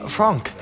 Frank